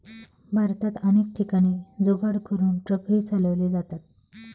भारतात अनेक ठिकाणी जुगाड करून ट्रकही चालवले जातात